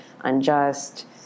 unjust